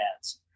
ads